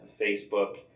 Facebook